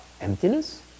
emptiness